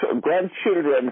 grandchildren